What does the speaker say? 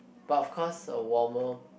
but of course a warmer